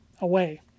away